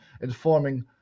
informing